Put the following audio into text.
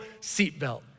seatbelt